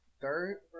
Third